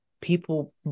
people